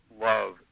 love